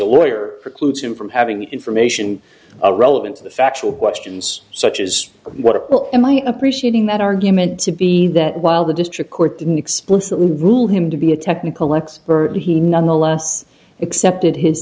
a lawyer precludes him from having the information relevant to the factual questions such as what will in my appreciating that argument to be that while the district court didn't explicitly rule him to be a technical let's to he nonetheless accepted his